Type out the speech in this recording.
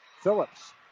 Phillips